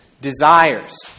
desires